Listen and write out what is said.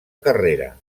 carrera